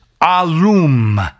alum